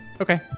Okay